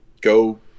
go